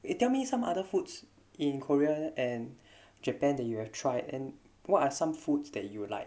it tell me some other foods in korea and japan that you have tried and what are some foods that you would like